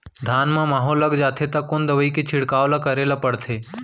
धान म माहो लग जाथे त कोन दवई के छिड़काव ल करे ल पड़थे?